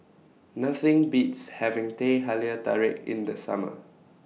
Nothing Beats having Teh Halia Tarik in The Summer